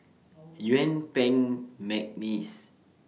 Yuen Peng Mcneice